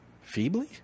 feebly